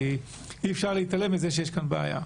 כי אי אפשר להתעלם מזה שיש כאן בעיה.